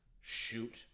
shoot